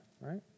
right